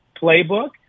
playbook